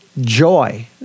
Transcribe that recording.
joy